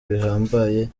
bihambaye